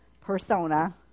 persona